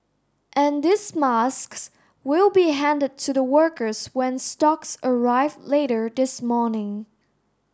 and these masks will be handed to the workers when stocks arrive later this morning